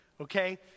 Okay